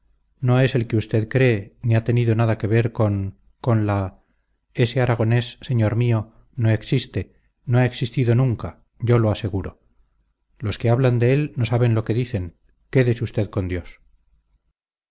no es el que usted cree ni ha tenido nada que ver con con la ese aragonés señor mío no existe no ha existido nunca yo lo aseguro los que hablan de él no saben lo que dicen quédese usted con dios